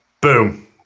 Boom